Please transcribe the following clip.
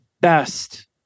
best